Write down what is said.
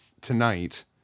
tonight